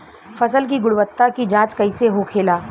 फसल की गुणवत्ता की जांच कैसे होखेला?